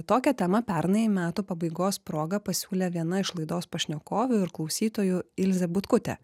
tokią temą pernai metų pabaigos proga pasiūlė viena iš laidos pašnekovių ir klausytojų ilzė butkutė